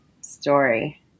story